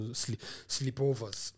sleepovers